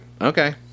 Okay